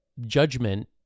judgment